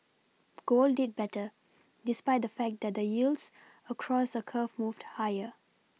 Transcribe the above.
gold did better despite the fact that the yields across the curve moved higher